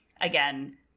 again